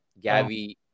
Gavi